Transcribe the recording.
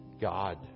God